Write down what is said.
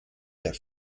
der